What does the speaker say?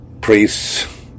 priests